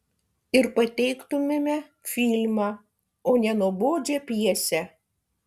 ir pateiktumėme filmą o ne nuobodžią pjesę